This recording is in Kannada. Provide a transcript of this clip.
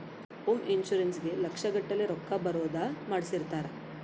ಹೋಮ್ ಇನ್ಶೂರೆನ್ಸ್ ಗೇ ಲಕ್ಷ ಗಟ್ಲೇ ರೊಕ್ಕ ಬರೋದ ಮಾಡ್ಸಿರ್ತಾರ